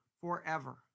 forever